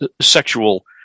sexual